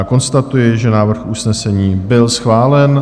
Konstatuji, že návrh usnesení byl schválen.